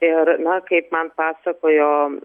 ir na kaip man pasakojo